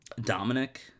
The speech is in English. Dominic